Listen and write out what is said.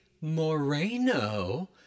Moreno